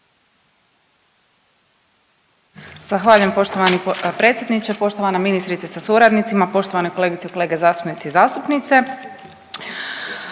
Zahvaljujem poštovani predsjedniče. Poštovana ministrice sa suradnicima, poštovane kolegice i kolege zastupnici i zastupnice.